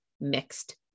mixed